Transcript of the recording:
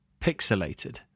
Pixelated